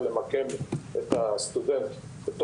יש